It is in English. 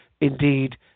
indeed